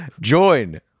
Join